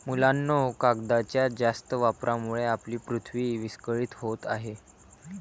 मुलांनो, कागदाच्या जास्त वापरामुळे आपली पृथ्वी विस्कळीत होत आहे